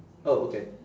oh okay